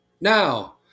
Now